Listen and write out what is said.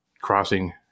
crossing